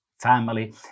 family